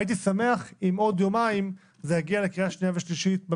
הייתי שמח אם בעוד יומיים זה יגיע לקריאה שנייה ושלישית.